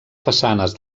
façanes